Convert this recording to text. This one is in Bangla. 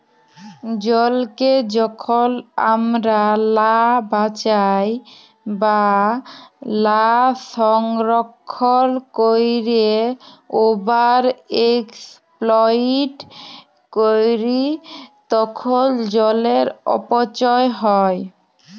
জলকে যখল আমরা লা বাঁচায় বা লা সংরক্ষল ক্যইরে ওভার এক্সপ্লইট ক্যরি তখল জলের অপচয় হ্যয়